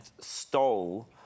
stole